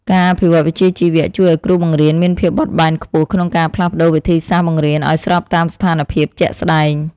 ការអភិវឌ្ឍវិជ្ជាជីវៈជួយឱ្យគ្រូបង្រៀនមានភាពបត់បែនខ្ពស់ក្នុងការផ្លាស់ប្តូរវិធីសាស្ត្របង្រៀនឱ្យស្របតាមស្ថានភាពជាក់ស្តែង។